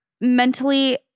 mentally